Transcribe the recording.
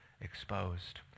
exposed